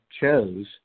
chose